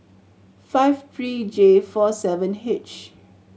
five three J four seven H